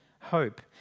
hope